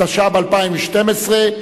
התשע"ב-2012,